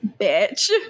bitch